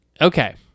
okay